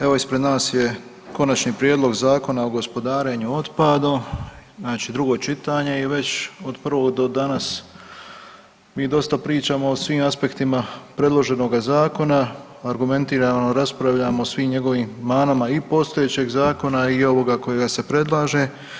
Evo ispred nas je Konačni prijedlog Zakona o gospodarenju otpadom znači drugo čitanje je već, od prvog do danas mi dosta pričamo o svim aspektima predloženoga zakona, argumentirano raspravljamo o svim njegovim manama i postojećeg zakona i ovoga kojega se predlaže.